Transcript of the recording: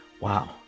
wow